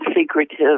secretive